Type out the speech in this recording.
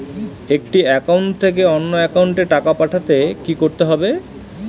একটি একাউন্ট থেকে অন্য একাউন্টে টাকা পাঠাতে কি করতে হবে?